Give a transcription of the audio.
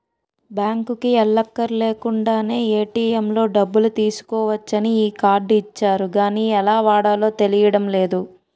బాంకుకి ఎల్లక్కర్లేకుండానే ఏ.టి.ఎం లో డబ్బులు తీసుకోవచ్చని ఈ కార్డు ఇచ్చారు గానీ ఎలా వాడాలో తెలియడం లేదు